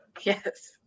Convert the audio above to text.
Yes